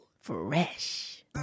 Fresh